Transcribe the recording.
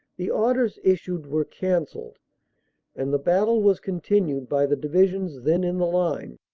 the orders issued were cancelled and the battle was continued by the divisions then in the line.